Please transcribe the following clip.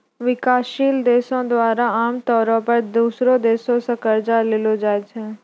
विकासशील देशो द्वारा आमतौरो पे दोसरो देशो से कर्जा लेलो जाय छै